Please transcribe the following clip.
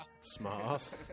Smart